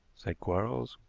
said quarles.